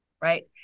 right